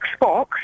Xbox